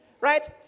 right